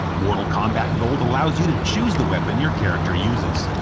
mortal kombat gold allows you to choose the weapon your character uses.